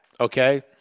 Okay